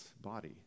body